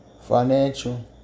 financial